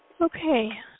Okay